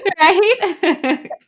Right